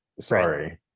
Sorry